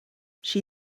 she